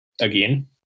Again